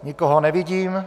Nikoho nevidím.